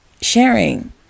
sharing